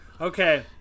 Okay